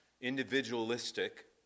individualistic